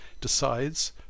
decides